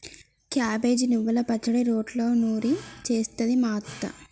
cabbage నువ్వల పచ్చడి రోట్లో నూరి చేస్తది మా అత్త